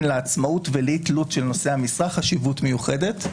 לעצמאות ולאי תלות של נושאי המשרה חשיבות מיוחדת.